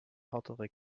härtere